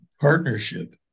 partnership